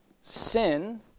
Sin